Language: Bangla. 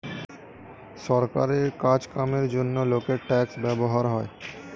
সরকারের কাজ কামের জন্যে লোকের ট্যাক্স ব্যবহার হয়